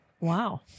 Wow